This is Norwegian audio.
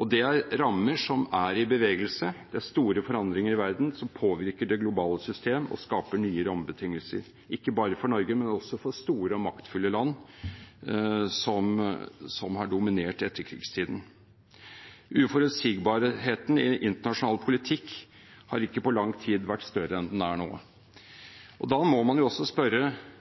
Og dette er rammer som er i bevegelse. Det er store forandringer i verden som påvirker det globale system og skaper nye rammebetingelser, ikke bare for Norge, men også for store og maktfulle land som har dominert etterkrigstiden. Uforutsigbarheten i internasjonal politikk har ikke på lang tid vært større enn den er nå. Da må man også spørre